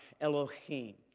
Elohim